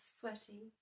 sweaty